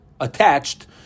attached